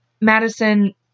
Madison